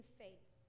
faith